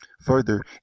further